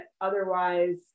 Otherwise